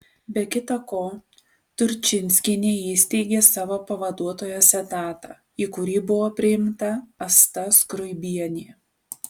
be kita ko turčinskienė įsteigė savo pavaduotojos etatą į kurį buvo priimta asta skruibienė